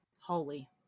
Holy